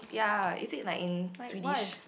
ya is it like in Swedish